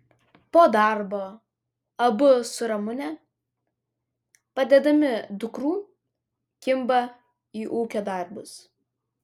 po darbo abu su ramune padedami dukrų kimba į ūkio darbus